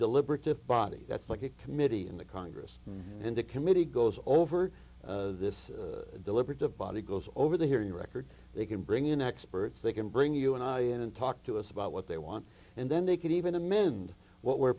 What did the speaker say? deliberative body that's like a committee in the congress and a committee goes over this deliberative body goes over the hearing record they can bring in experts they can bring you and i in and talk to us about what they want and then they can even amend what we're